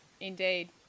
Indeed